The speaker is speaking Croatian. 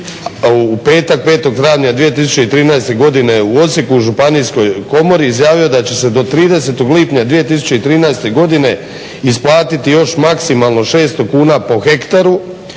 u petak, 5. travnja 2013. godine u Osijeku, županijskoj komori izjavio je da će se do 30. lipnja 2013. godine isplatiti još maksimalno 600 kuna po hektaru.